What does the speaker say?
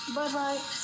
Bye-bye